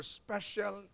special